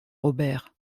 robert